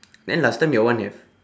then last time your one have